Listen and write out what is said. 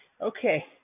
Okay